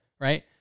Right